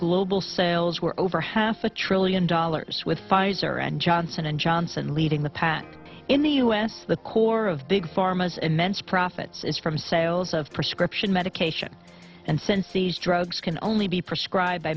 global sales were over half a trillion dollars with pfizer and johnson and johnson leading the pack in the us the core of big pharma is immense profits from sales of prescription medication and since these drugs can only be prescribed by